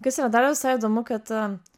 kas yra dar visai įdomu kad